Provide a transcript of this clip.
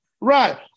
Right